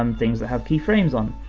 um things that have keyframes on.